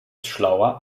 schlauer